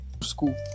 school